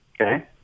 Okay